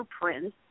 prince